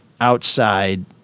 outside